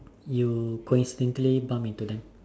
you coincidentally bump into them